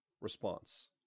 Response